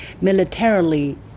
militarily